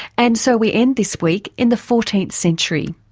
and so we end this week in the fourteenth century.